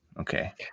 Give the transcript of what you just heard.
Okay